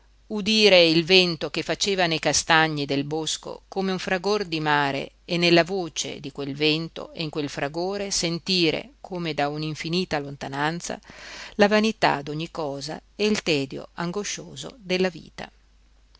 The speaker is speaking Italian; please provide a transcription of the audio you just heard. udire il vento che faceva nei castagni del bosco come un fragor di mare e nella voce di quel vento e in quel fragore sentire come da un'infinita lontananza la vanità d'ogni cosa e il tedio angoscioso della vita